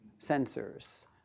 sensors